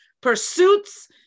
pursuits